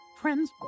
Friends